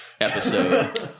episode